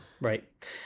Right